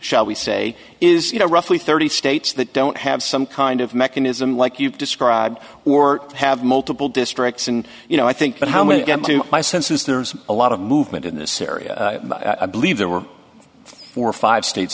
shall we say is you know roughly thirty states that don't have some kind of mechanism like you describe or have multiple districts and you know i think but how many get to my senses there's a lot of movement in this area i believe there were four or five states